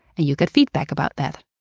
and you'll get feedback about that.